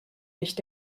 nicht